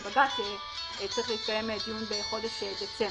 וצריך להתקיים דיון בחודש דצמבר.